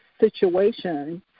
situation